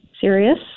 Serious